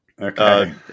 Okay